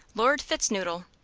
lord fitz noodle.